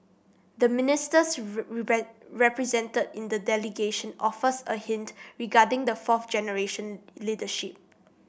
the ministers represented in the delegation offers a hint regarding the fourth generation leadership